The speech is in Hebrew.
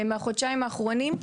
מהחודשיים האחרונים,